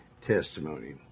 testimony